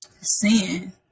sin